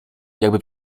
jakby